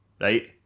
Right